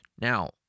Now